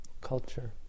culture